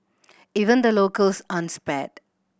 even the locals aren't spared